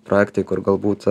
projektai kur galbūt